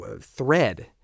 thread